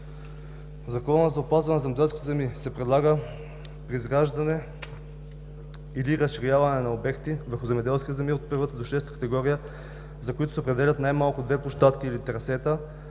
Закона за опазване на земеделските земи се предлага при изграждане или разширяване на обекти върху земеделски земи от първа до шеста категория, за които се определят най-малко две площадки или трасета,